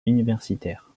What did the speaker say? universitaires